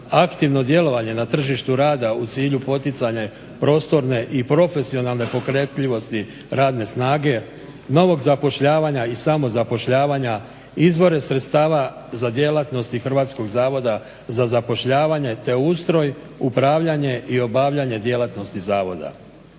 aktivno djelovanje na tržištu rada u cilju poticanja prostorne i profesionalne pokretljivosti radne snage, novog zapošljavanja i samozapošljavanja, izvore sredstava za djelatnosti HZZ-a te ustroj, upravljanje i obavljanje djelatnosti zavoda.